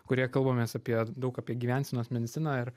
kurioje kalbamės apie daug apie gyvensenos mediciną ir